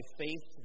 faith